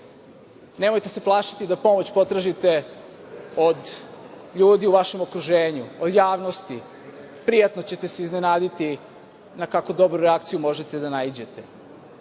nemojte se plašiti da pomoć potražite od ljudi u vašem okruženju, od javnosti, prijatno ćete se iznenaditi na kakvu dobru reakciju možete da naiđete.